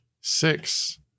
Six